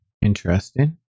Interesting